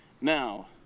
Now